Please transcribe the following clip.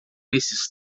nesses